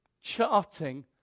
charting